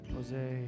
Jose